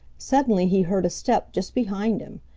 suddenly he heard a step just behind him.